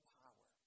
power